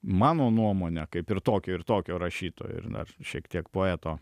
mano nuomone kaip ir tokio ir tokio rašytojo ir dar šiek tiek poeto